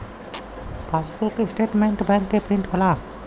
passbook statement bank से print होला